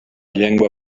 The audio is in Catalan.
llengua